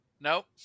Nope